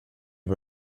dem